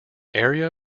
area